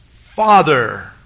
Father